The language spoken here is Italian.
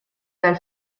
dal